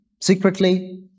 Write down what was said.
secretly